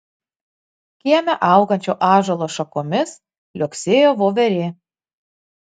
kieme augančio ąžuolo šakomis liuoksėjo voverė